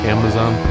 Amazon